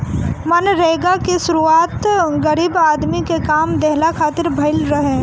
मनरेगा के शुरुआत गरीब आदमी के काम देहला खातिर भइल रहे